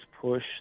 push